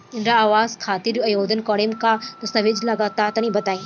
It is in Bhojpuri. इंद्रा आवास खातिर आवेदन करेम का का दास्तावेज लगा तऽ तनि बता?